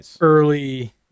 early